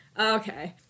Okay